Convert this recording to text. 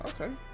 okay